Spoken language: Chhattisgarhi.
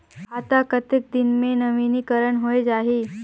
खाता कतेक दिन मे नवीनीकरण होए जाहि??